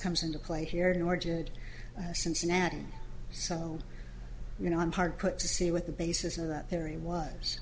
comes into play here nor did cincinnati so you know i'm hard put to see what the basis of that theory was